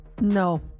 No